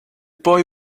boy